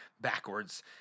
backwards